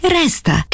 resta